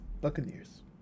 Buccaneers